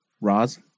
Roz